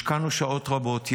השקענו שעות רבות,